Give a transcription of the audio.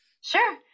Sure